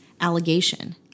allegation